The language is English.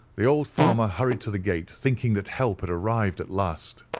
the old farmer hurried to the gate thinking that help had arrived at last.